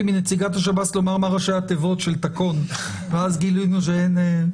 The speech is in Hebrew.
מנציגת השב"ס לומר מה ראשי התיבות של תקון ואז גילינו שאין.